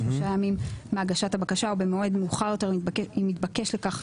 שלושה ימים מהגשת הבקשה או במועד מאוחר יותר אם התבקש לכך